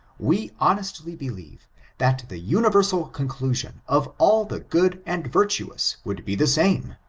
we hon estly believe that the universal conclusion of all the good and virtuous would be the same.